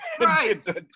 Right